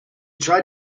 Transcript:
tried